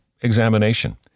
examination